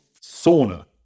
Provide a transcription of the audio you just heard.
sauna